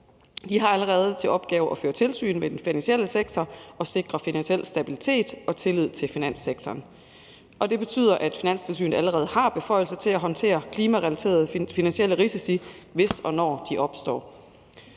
De har allerede til opgave at føre tilsyn med den finansielle sektor og sikre finansiel stabilitet og tillid til finanssektoren. Det betyder, at Finanstilsynet allerede har beføjelser til at håndtere klimarelaterede finansielle risici, hvis og når de opstår.